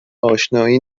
اشنایی